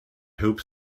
hope